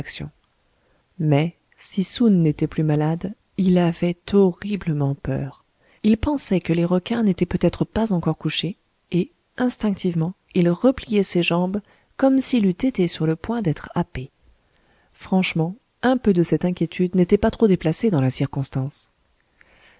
mais si soun n'était plus malade il avait horriblement peur il pensait que les requins n'étaient peut-être pas encore couchés et instinctivement il repliait ses jambes comme s'il eut été sur le point d'être happé franchement un peu de cette inquiétude n'était pas trop déplacée dans la circonstance